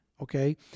okay